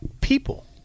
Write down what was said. People